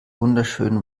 wunderschön